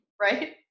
right